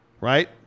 Right